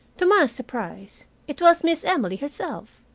to my surprise it was miss emily herself,